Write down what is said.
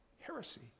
Heresy